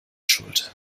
schuld